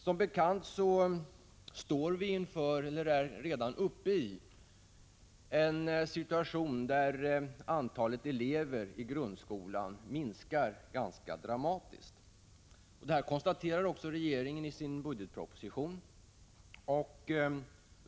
Som bekant står vi inför eller är redan inne i en situation där antalet elever i grundskolan minskar dramatiskt. Detta konstaterar också regeringen i sin budgetproposition.